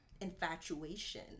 infatuation